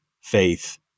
faith